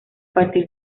partir